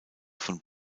von